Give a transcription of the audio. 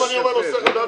אם אני אומר נושא חדש,